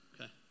Okay